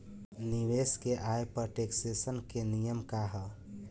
निवेश के आय पर टेक्सेशन के नियम का ह?